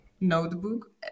Notebook